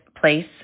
place